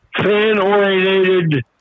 fan-oriented